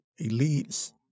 elites